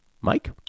Mike